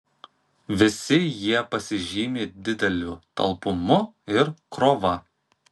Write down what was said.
visi jie pasižymi dideliu talpumu ir krova